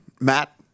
Matt